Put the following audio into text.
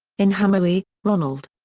in hamowy, ronald.